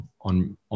on